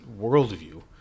worldview